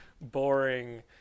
boring